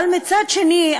אבל מצד שני,